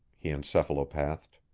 he encephalopathed.